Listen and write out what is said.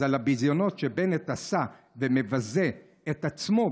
אז על הביזיונות שבנט עשה ומבזה את עצמו,